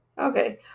Okay